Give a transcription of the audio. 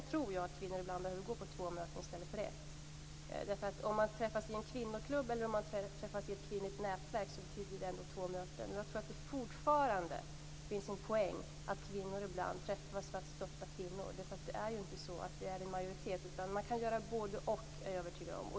Jag tycker att den funktionen är omodern.